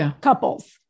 couples